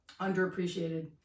underappreciated